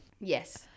Yes